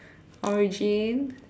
origin